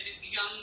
young